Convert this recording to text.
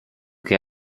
che